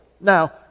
Now